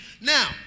Now